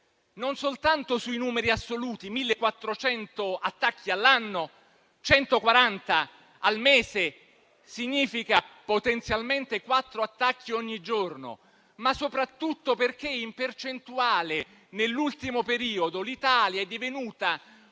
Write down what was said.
non soltanto sui numeri assoluti - 1.400 attacchi all'anno, 140 al mese significa potenzialmente quattro attacchi ogni giorno - ma soprattutto perché, in percentuale, nell'ultimo periodo l'Italia è divenuta